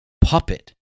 puppet